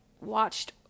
watched